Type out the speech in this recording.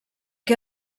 que